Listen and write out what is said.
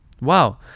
Wow